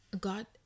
God